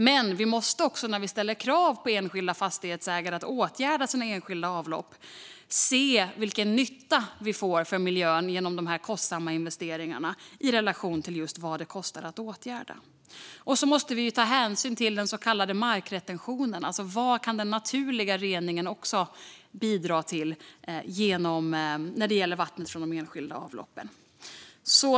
Men vi måste också när vi ställer krav på enskilda fastighetsägare att åtgärda sina enskilda avlopp se vilken nytta vi får för miljön genom dessa kostsamma investeringar, i relation till just vad åtgärderna kostar. Vi måste också ta hänsyn till den så kallade markretentionen, det vill säga vad den naturliga reningen kan bidra med när det gäller vattnet från de enskilda avloppen.